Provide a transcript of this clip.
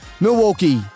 Milwaukee